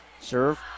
Serve